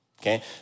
okay